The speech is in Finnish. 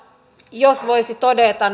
jos voisi todeta